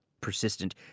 persistent